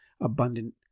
abundant